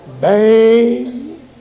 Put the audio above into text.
bang